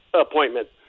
appointment